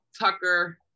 Tucker